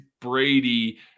Brady